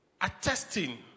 attesting